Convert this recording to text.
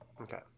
Okay